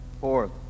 Fourth